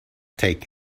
take